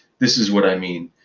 this is what i mean.